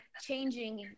changing